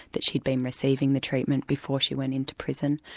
that she'd been receiving the treatment before she went in to prison,